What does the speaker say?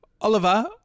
Oliver